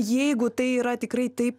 jeigu tai yra tikrai tai